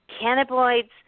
cannabinoids